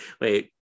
wait